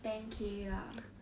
ten K lah